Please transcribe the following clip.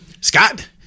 Scott